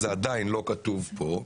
זה עדיין לא כתוב כאן,